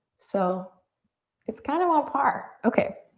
so it's kind of on par. okay.